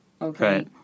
Okay